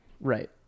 Right